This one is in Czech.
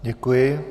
Děkuji.